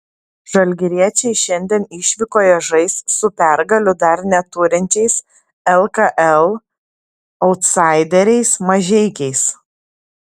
žalgiriečiai šiandien išvykoje žais su pergalių dar neturinčiais lkl autsaideriais mažeikiais